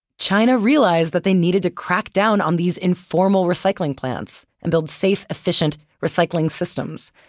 china realized that they needed to crack down on these informal recycling plants and build safe, efficient recycling systems.